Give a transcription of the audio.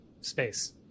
space